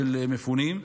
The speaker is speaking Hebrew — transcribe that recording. של מפונים.